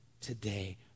today